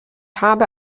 habe